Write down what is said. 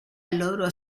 loro